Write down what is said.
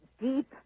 deep